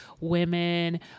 women